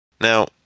Now